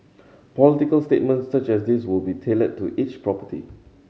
political statements such as these will be tailored to each property